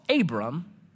Abram